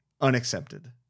Unaccepted